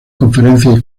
conferencias